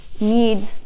need